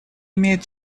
имеет